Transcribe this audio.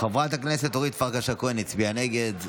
חברת הכנסת אורית פרקש הכהן הצביעה נגד,